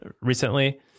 recently